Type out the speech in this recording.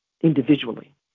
Individually